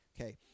Okay